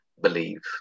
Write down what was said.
believe